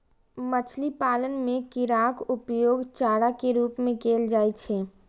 मछली पालन मे कीड़ाक उपयोग चारा के रूप मे कैल जाइ छै